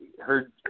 heard